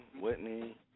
Whitney